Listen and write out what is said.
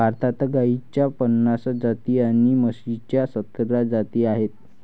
भारतात गाईच्या पन्नास जाती आणि म्हशीच्या सतरा जाती आहेत